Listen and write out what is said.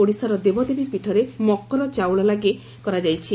ଆକି ଓଡ଼ିଶାର ଦେବଦେବୀ ପୀଠରେ ମକର ଚାଉଳ ଲାଗି କରାଯାଇଛି